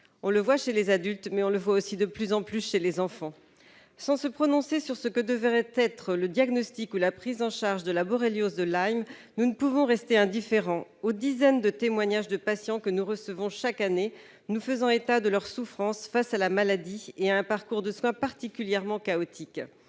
chez les adultes, mais aussi, on le constate de plus en plus, chez les enfants. Sans nous prononcer sur ce que devrait être le diagnostic ou la prise en charge de la borréliose de Lyme, nous ne pouvons rester indifférents aux dizaines de témoignages de patients que nous recevons chaque année et qui font état de leur souffrance face à la maladie et à un parcours de soins particulièrement chaotique.